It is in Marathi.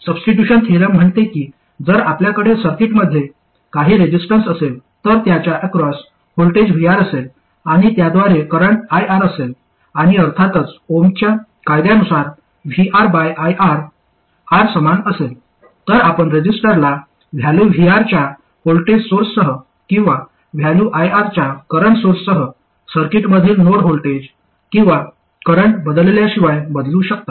सबस्टिट्यूशन थेरम म्हणते की जर आपल्याकडे सर्किटमध्ये काही रेझिस्टर असेल तर त्याच्या अक्रॉस व्होल्टेज VR असेल आणि त्याद्वारे करंट IR असेल आणि अर्थातच ओमच्या कायद्यानुसार VR बाय IR R समान असेल तर आपण रेझिस्टरला व्हॅल्यू VR च्या व्होल्टेज सोर्ससह किंवा व्हॅल्यू IR च्या करंट सोर्ससह सर्किटमधील नोड व्होल्टेज किंवा करंट बदलल्याशिवाय बदलू शकता